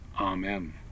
Amen